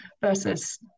versus